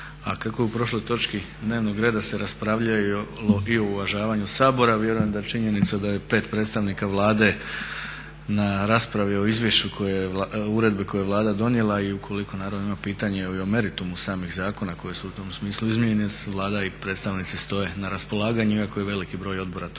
A kako u prošloj točci dnevnog reda se raspravljalo i o uvažavanju Sabora vjerujem da činjenica da je 5 predstavnika Vlade na raspravi o izvješću koje je, uredbi koju je Vlada donijela i ukoliko naravno ima pitanje i o meritumu samih zakona koji su u tom smislu izmijenjene Vlada i predstavnici svoje na raspolaganju iako je veliki broj odbora to